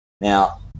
Now